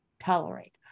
tolerate